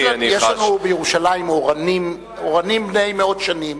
יש לנו בירושלים אורנים בני מאות שנים,